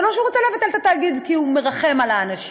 זה לא שהוא רוצה לבטל את התאגיד כי הוא מרחם על האנשים,